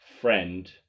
friend